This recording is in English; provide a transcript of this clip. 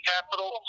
capital